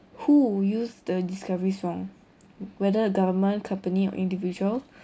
who will use the discoveries wrong whether government company or individual